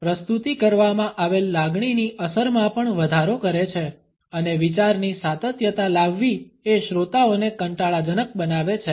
તેઓ પ્રસ્તુતિ કરવામાં આવેલ લાગણીની અસરમાં પણ વધારો કરે છે અને વિચારની સાતત્યતા લાવવી એ શ્રોતાઓને કંટાળાજનક બનાવે છે